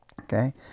Okay